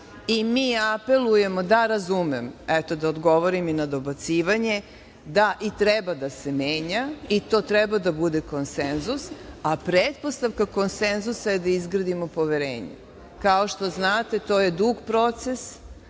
dobacuju.)Da, razumem, eto, da odgovorim i na dobacivanje. Da, i treba da se menja i to treba da bude konsenzus, a pretpostavka konsenzusa je da izgradimo poverenje. Kao što znate, to je dug proces.